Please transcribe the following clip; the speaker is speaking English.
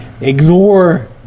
ignore